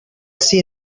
see